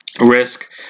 risk